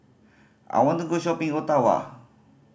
I want to go shopping Ottawa